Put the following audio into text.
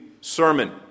sermon